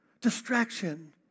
distraction